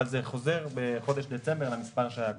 אבל זה חוזר בחודש דצמבר למספר שהיה קודם.